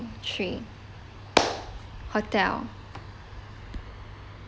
three hotel